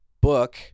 book